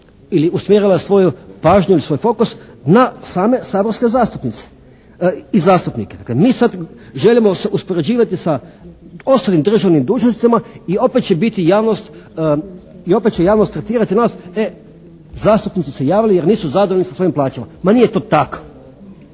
ili usmjerila svoju pažnju i svoj fokus na same saborske zastupnice i zastupnike. Dakle, mi se sada želimo uspoređivati sa ostalim državnim dužnosnicima i opet će javnost tretirati nas e zastupnici su se javili jer nisu zadovoljni sa svojim plaćama. Ma nije to tako.